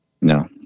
No